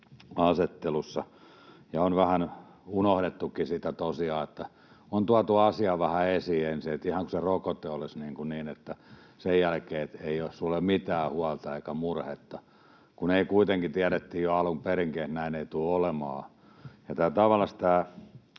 asettelussa ja on vähän unohdettukin se tosiaan ja on tuotu asiaa vähän esiin ensin niin, että ihan kuin se rokote olisi sellainen, että sen jälkeen ei ole mitään huolta eikä murhetta, kun kuitenkin jo tiedettiin alun perinkin, että näin ei tule olemaan. Tavallansa tämä